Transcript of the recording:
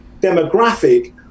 demographic